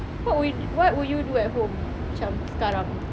what would you what would you do at home macam sekarang